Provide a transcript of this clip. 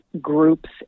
groups